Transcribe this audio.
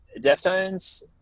Deftones